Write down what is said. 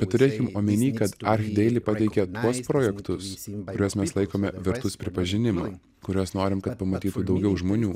bet turėkim omeny kad archdeili pateikia tuos projektus kuriuos mes laikome vertus pripažinimo kurios norim kad pamatytų daugiau žmonių